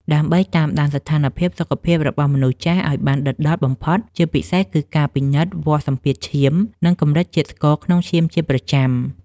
ដើម្បីតាមដានស្ថានភាពសុខភាពរបស់មនុស្សចាស់ឱ្យបានដិតដល់បំផុត ជាពិសេសគឺការពិនិត្យវាស់សម្ពាធឈាម និងកម្រិតជាតិស្ករក្នុងឈាមជាប្រចាំ។